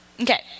Okay